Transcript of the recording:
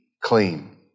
clean